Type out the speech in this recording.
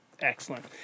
Excellent